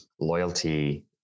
loyalty